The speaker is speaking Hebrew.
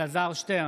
אינו נוכח מיכל שיר